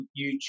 youtube